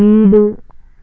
வீடு